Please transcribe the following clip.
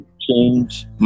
change